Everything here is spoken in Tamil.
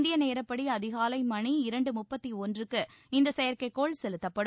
இந்திய நேரப்படி அதிகாலை மணி இரண்டு முட்பத்தொன்றுக்கு இந்த செயற்கைக்கோள் செலுத்தப்படும்